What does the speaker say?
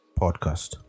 Podcast